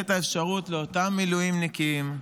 לתת את האפשרות לאותם מילואימניקים,